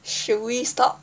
should we stop